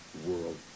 World